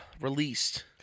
released